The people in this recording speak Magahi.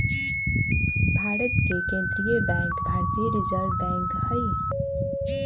भारत के केंद्रीय बैंक भारतीय रिजर्व बैंक हइ